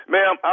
Ma'am